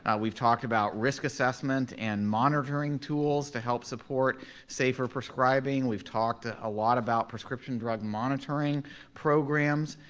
ah we've talked about risk assessment and monitoring tools to help support safer prescribing. we've talked a ah lot about prescription drug monitoring programs.